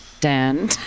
Dan